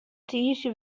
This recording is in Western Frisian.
tiisdei